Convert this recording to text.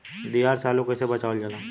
दियार से आलू के कइसे बचावल जाला?